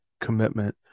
commitment